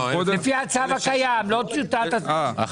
לפי הצו הקיים זה היה